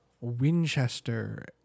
Winchester